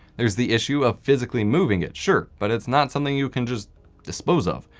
there's the issue of physically moving it, sure, but it's not something you can just dispose of.